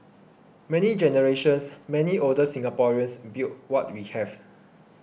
many generations many older Singaporeans built what we have